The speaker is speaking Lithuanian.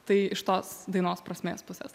tai iš tos dainos prasmės pusės